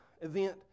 event